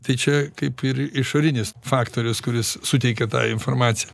tai čia kaip ir išorinis faktorius kuris suteikia tą informaciją